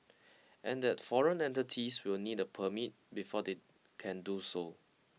and that foreign entities will need a permit before they can do so